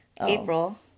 April